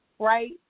right